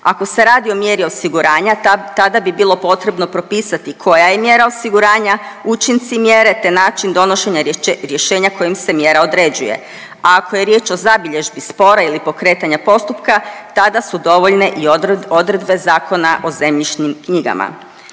ako se radi o mjeri osiguranja tada bi bilo potrebno propisati koja je mjera osiguranja, učinci mjere te način donošenja rješenja kojim se mjera određuje, a ako je riječ o zabilježbi spora ili pokretanja postupka tada su dovoljne i odredbe Zakona o zemljišnim knjigama.